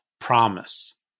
promise